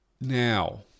Now